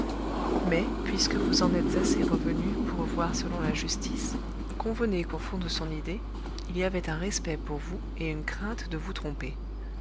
mais puisque vous en êtes assez revenue pour voir selon la justice convenez qu'au fond de son idée il y avait un respect pour vous et une crainte de vous tromper